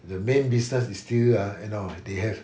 the main business is still uh you know they have